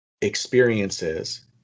experiences